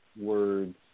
words